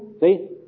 see